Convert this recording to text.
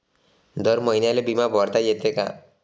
दर महिन्याले बिमा भरता येते का?